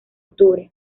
octubre